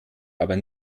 aber